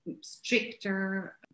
stricter